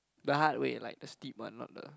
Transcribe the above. the hard way like the steep one not the